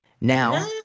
Now-